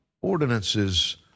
ordinances